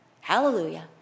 Hallelujah